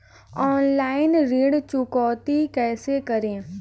Online ऋण चुकौती कैसे करें?